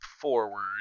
forward